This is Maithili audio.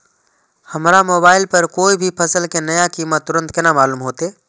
हमरा मोबाइल पर कोई भी फसल के नया कीमत तुरंत केना मालूम होते?